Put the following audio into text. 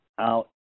out